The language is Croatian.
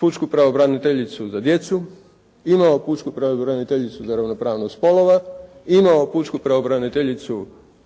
pučku pravobraniteljicu za djecu, imamo pučku pravobraniteljicu za ravnopravnost spolova, imamo pučku pravobraniteljicu